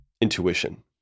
intuition